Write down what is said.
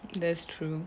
that's true